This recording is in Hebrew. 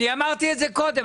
אני אמרתי את זה קודם.